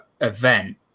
Event